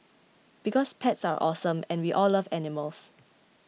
because pets are awesome and we all love animals